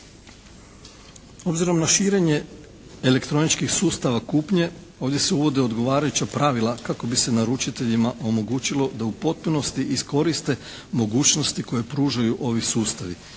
Obzirom na širenje elektroničkih sustava kupnje, ovdje se uvode odgovarajuća pravila kako bi se naručiteljima omogućilo da u potpunosti iskoriste mogućnosti koje pružaju ovi sustavi.